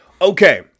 Okay